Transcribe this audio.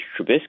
Trubisky